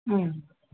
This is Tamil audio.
ம்